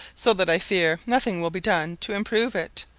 so that i fear nothing will be done to improve it,